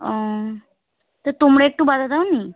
ও তা তোমরা একটু বাধা দাও নি